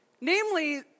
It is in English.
Namely